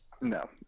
No